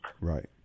Right